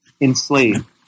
enslaved